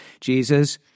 Jesus